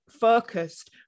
focused